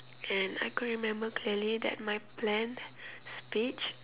and I could remember clearly that my planned speech